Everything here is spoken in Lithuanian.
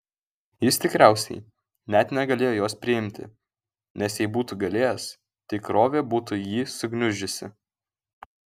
jis tikriausiai net negalėjo jos priimti nes jei būtų galėjęs tikrovė būtų jį sugniuždžiusi